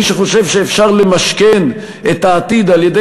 מי שחושב שאפשר למשכן את העתיד על-ידי